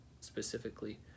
specifically